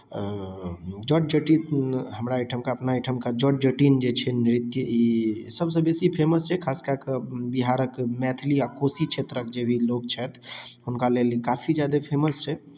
जट जटिन हमरा ओहिठुनका अपना ओहिठुनका जट जटिन जे छै नृत्य ई सभसँ बेसी फेमस छै खास कए कऽ बिहारक मैथिली आ कोशी क्षेत्रक जे भी लोक छथि हुनका लेल ई काफी ज्यादा फेमस छै